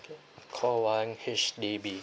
call one H_D_B